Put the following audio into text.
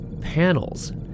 panels